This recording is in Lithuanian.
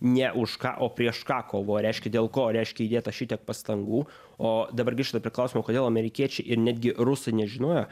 ne už ką o prieš ką kovoja reiškia dėl ko reiškia įdėta šitiek pastangų o dabar grįžtant prie klausimo kodėl amerikiečiai ir netgi rusai nežinojo